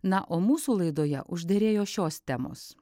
na o mūsų laidoje užderėjo šios temos